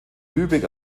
lübeck